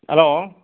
hello